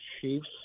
Chiefs